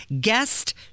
guest